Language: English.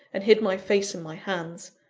and hid my face in my hands.